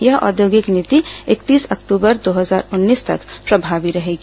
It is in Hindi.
यह औद्योगिक नीति इकतीस अक्टबर दो हजार उन्नीस तक प्रभावी रहेगी